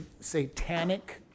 satanic